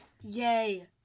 Yay